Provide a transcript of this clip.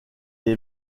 est